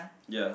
ya